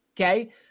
Okay